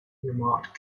remarked